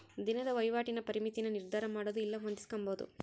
ದಿನದ ವಹಿವಾಟಿನ ಪರಿಮಿತಿನ ನಿರ್ಧರಮಾಡೊದು ಇಲ್ಲ ಹೊಂದಿಸ್ಕೊಂಬದು